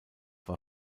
war